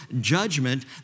judgment